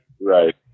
Right